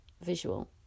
visual